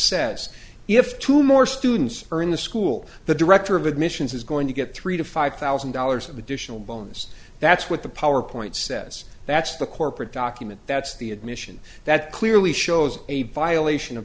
says if two more students are in the school the director of admission this is going to get three to five thousand dollars of additional bonus that's what the powerpoint says that's the corporate document that's the admission that clearly shows a violation of